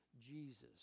Jesus